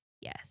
yes